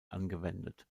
angewendet